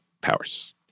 powers